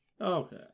okay